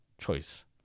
choice